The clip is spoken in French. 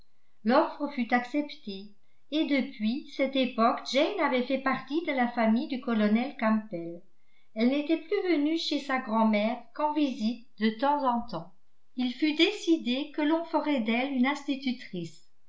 l'offre fut acceptée et depuis cette époque jane avait fait partie de la famille du colonel campbell elle n'était plus venue chez sa grand'mère qu'en visite de temps en temps il fut décidé que l'on ferait d'elle une institutrice